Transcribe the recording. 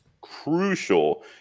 crucial